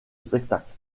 spectacle